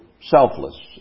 selfless